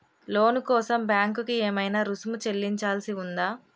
లోను కోసం బ్యాంక్ కి ఏమైనా రుసుము చెల్లించాల్సి ఉందా?